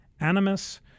animus